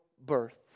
birth